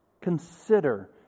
Consider